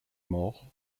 mort